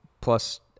Plus